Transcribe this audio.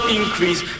increase